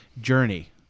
Journey